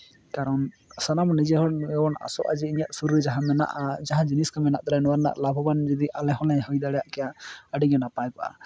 ᱠᱟᱨᱚᱱ ᱥᱟᱱᱟᱢ ᱱᱤᱡᱮ ᱦᱚᱲ ᱜᱮᱵᱚᱱ ᱟᱥᱚᱜᱼᱟ ᱡᱮ ᱤᱧᱟᱹᱜ ᱥᱩᱨ ᱨᱮ ᱡᱟᱦᱟᱸ ᱢᱮᱱᱟᱜᱼᱟ ᱡᱟᱦᱟᱸ ᱡᱤᱱᱤᱥ ᱠᱚ ᱢᱮᱱᱟᱜ ᱛᱟᱞᱮᱭᱟ ᱱᱚᱣᱟ ᱨᱮᱱᱟᱜ ᱞᱟᱵᱷᱚᱵᱟᱱ ᱡᱩᱫᱤ ᱟᱞᱮ ᱦᱚᱸᱞᱮ ᱦᱩᱭ ᱫᱟᱲᱮᱭᱟᱜ ᱠᱮᱭᱟ ᱟᱹᱰᱤᱜᱮ ᱱᱟᱯᱟᱭ ᱠᱚᱜᱼᱟ